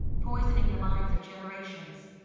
poisoning the minds of generations.